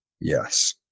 Yes